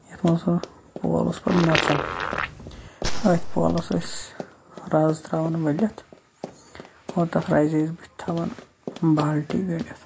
یَتھ منٛز زَن پول اوس پتہٕ نَژان أتھۍ پولَس ٲسۍ رَز تراوان ؤلِتھ اور تَتھ رَزِ ٲسۍ بٔتھِ تھاوان بالٹیٖن گٔنڈِتھ